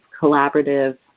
collaborative